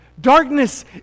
Darkness